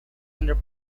under